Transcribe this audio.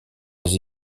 les